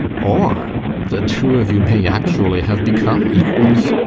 or the two of you may actually have become equals.